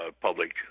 public